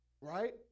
right